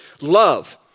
love